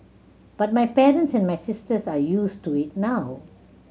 but my parents and my sisters are used to it now